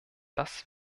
das